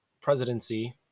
presidency